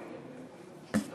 צר לי, אבל הוא